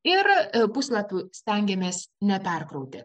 ir puslapių stengiaėmės neperkrauti